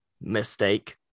mistake